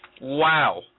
Wow